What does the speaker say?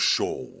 Show